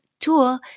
tool